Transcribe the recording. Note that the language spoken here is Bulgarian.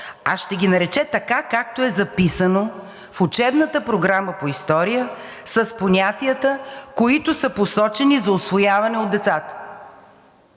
а ще ги нарече така, както е записано в учебната програма по история с понятията, които са посочени за усвояване от децата.